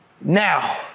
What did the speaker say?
now